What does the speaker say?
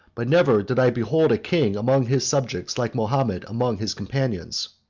but never did i behold a king among his subjects like mahomet among his companions.